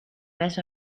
mes